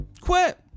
quit